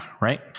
right